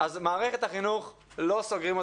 אז לא סוגרים את מערכת החינוך גם בסגר.